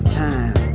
time